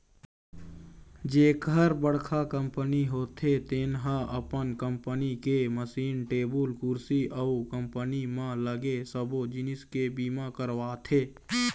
जेखर बड़का कंपनी होथे तेन ह अपन कंपनी के मसीन, टेबुल कुरसी अउ कंपनी म लगे सबो जिनिस के बीमा करवाथे